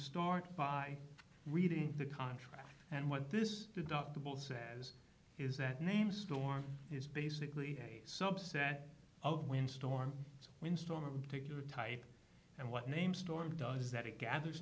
start by reading the contract and what this deductible says is that name storm is basically a subset of wind storm so when storm take your type and what name storm does that it gathers